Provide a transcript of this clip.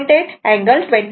8 angle 24